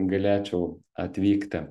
galėčiau atvykti